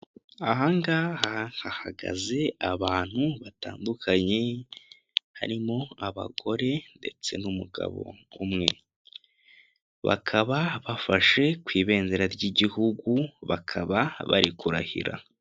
Aha ngaha hahagaze abantu batandukanye harimo abagore ndetse n'umugabo umwe, bakaba bafashe ku ibendera ry'igihugu bakaba bari kurahira.